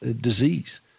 disease